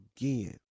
again